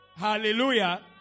Hallelujah